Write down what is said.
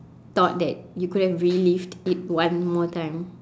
thought that you could have relived it one more time